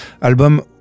Album